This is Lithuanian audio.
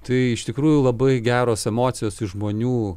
tai iš tikrųjų labai geros emocijos iš žmonių